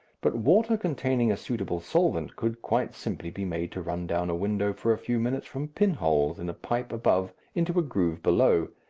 but water containing a suitable solvent could quite simply be made to run down a window for a few minutes from pinholes in a pipe above into a groove below,